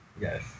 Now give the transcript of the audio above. Yes